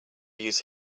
use